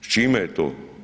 S čime je to?